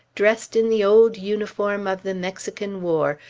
dressed in the old uniform of the mexican war,